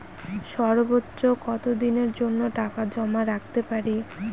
সর্বোচ্চ কত দিনের জন্য টাকা জমা রাখতে পারি?